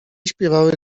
śpiewały